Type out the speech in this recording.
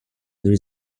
there